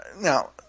now